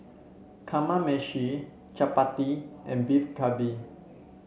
Kamameshi Chapati and Beef Galbi